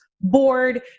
board